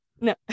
no